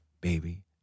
baby